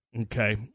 Okay